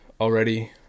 already